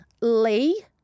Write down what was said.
Lee